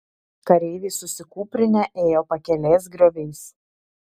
kareiviai susikūprinę ėjo pakelės grioviais